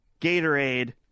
gatorade